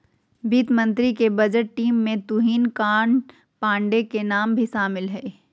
वित्त मंत्री के बजट टीम में तुहिन कांत पांडे के नाम भी शामिल हइ